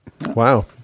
Wow